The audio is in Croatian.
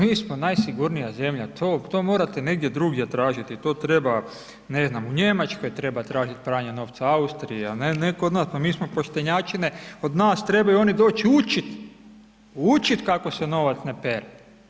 Mi smo najsigurnija zemlja, to morate negdje drugdje tražiti, to treba, ne znam, u Njemačkoj treba tražit pranje novca, Austriji, a ne, ne kod nas, pa mi smo poštenjačine, od nas trebaju oni doći učit, učit kako se novac ne pere.